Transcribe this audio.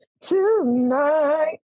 tonight